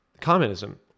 communism